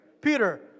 Peter